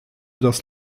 das